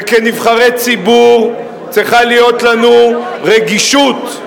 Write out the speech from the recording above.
וכנבחרי ציבור צריכה להיות לנו רגישות,